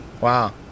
wow